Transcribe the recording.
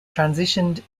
transitioned